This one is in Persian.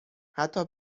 حتی